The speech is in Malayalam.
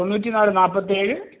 തൊണ്ണൂറ്റിനാല് നാൽപ്പത്തേഴ്